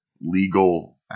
legal